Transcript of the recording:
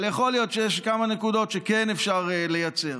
אבל יכול להיות שיש כמה נקודות שכן אפשר לייצר.